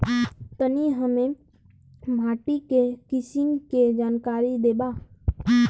तनि हमें माटी के किसीम के जानकारी देबा?